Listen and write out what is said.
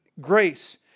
grace